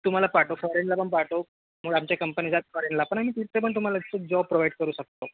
तुम्हाला part of अटेन्डला पण पाठवू मूळ आमची कंपनीचे फॉरेनला पण आणि तिथं पण तुम्हाला जॉब प्रोव्हाइड करू शकतो